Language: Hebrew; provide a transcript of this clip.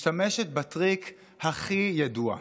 משתמשת בטריק הכי ידוע,